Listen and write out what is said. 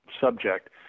subject